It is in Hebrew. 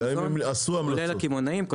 כולל הקמעונאים,